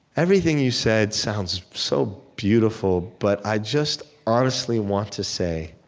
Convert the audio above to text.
everything you said sounds so beautiful, but i just honestly want to say,